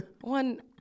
one